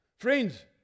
Friends